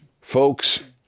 Folks